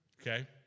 okay